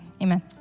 amen